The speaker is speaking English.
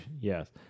yes